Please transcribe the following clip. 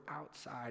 outside